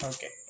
Okay